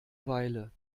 weile